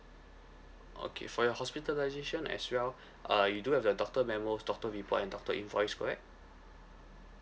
okay for your hospitalisation as well uh you do have the doctor memos doctor report and doctor invoice correct